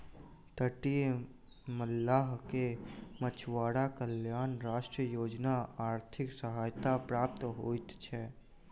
तटीय मल्लाह के मछुआरा कल्याण राष्ट्रीय योजना आर्थिक सहायता प्राप्त होइत छै